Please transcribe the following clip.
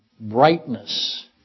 brightness